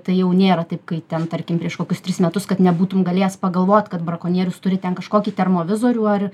tai jau nėra taip kaip ten tarkim prieš kokius tris metus kad nebūtum galėjęs pagalvot kad brakonierius turi ten kažkokį termovizorių ar